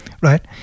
right